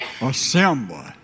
Assemble